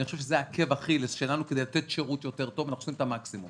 חושב שזה עקב אכילס שלנו ואנחנו עושים את המקסימום